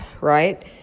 right